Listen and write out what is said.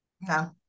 No